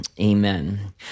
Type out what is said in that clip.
amen